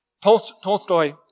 Tolstoy